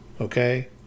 Okay